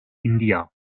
india